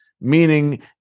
meaning